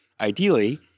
Ideally